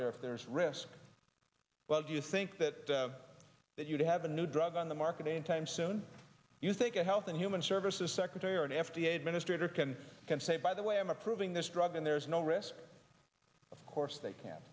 there if there's risk well do you think that that you'd have a new drug on the market any time soon you think a health and human services secretary or an f d a administrator can can say by the way i'm approving this drug and there's no risk of course they can